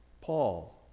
Paul